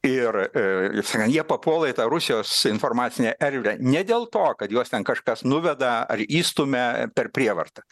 ir jie papuola į tą rusijos informacinę erdvę ne dėl to kad juos ten kažkas nuveda ar įstumia per prievartą